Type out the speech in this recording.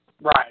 right